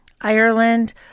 Ireland